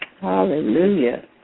Hallelujah